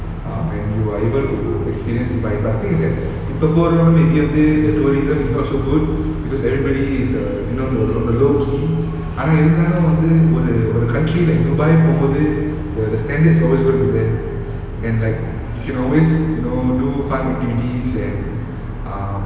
um and you are able to experience dubai but the thing is that இப்போ போறவங்க maybe வந்து:ipo poravanga maybe vanthu tourism is not so good because everybody is err not on the on the low key ஆனா இருந்தாலும் வந்து ஒரு ஒரு:aana irunthalum vanthu oru oru country like dubai போகும் போது:pogum pothu the the standards always gonna be there and like you can always you know do fun activities and um